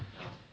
ya